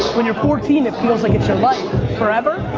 when your fourteen, it feels like it's your life forever.